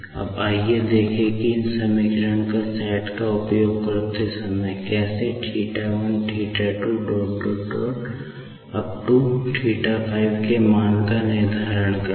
अब आइए देखें कि इस समीकरणों का सेट का उपयोग करते हुए कैसे θ1 θ 2 θ5 के मान का निर्धारण कैसे करें